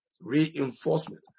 Reinforcement